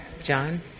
John